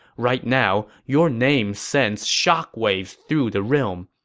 right now, your name send shockwaves through the realm.